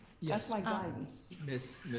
yeah that's my guidance. ms.